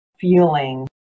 feeling